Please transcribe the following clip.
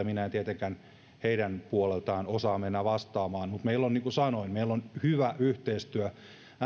minä en tietenkään heidän puoleltaan osaa mennä vastaamaan mutta niin kuin sanoin meillä on hyvä yhteistyö